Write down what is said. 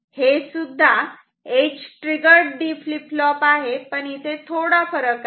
हेसुद्धा edge triggered D flip flop आहे पण इथे थोडा फरक आहे